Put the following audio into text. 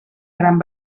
gran